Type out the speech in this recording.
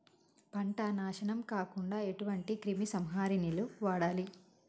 పంట నాశనం కాకుండా ఎటువంటి క్రిమి సంహారిణిలు వాడాలి?